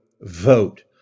vote